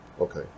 Okay